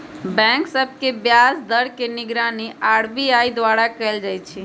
bank सभ के ब्याज दर के निगरानी आर.बी.आई द्वारा कएल जाइ छइ